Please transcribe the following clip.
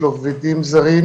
עובדים זרים,